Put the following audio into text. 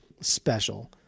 special